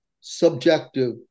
subjective